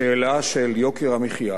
השאלה של יוקר המחיה,